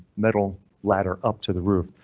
metal ladder up to the roof,